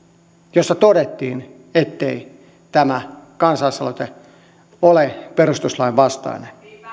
jossa todettiin ettei tämä kansalaisaloite ole perustuslain vastainen